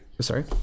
sorry